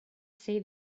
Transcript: say